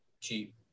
cheap